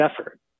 effort